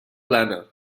plana